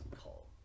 call